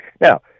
Now